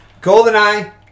GoldenEye